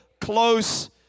close